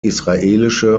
israelische